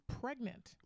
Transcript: pregnant